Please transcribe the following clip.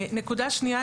נקודה שנייה,